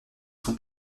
son